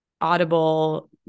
Audible